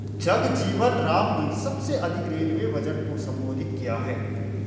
जगजीवन राम ने सबसे अधिक रेलवे बजट को संबोधित किया है